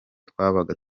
twabaga